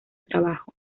trabajo